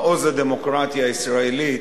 מעוז הדמוקרטיה הישראלית,